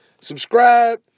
Subscribe